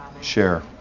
share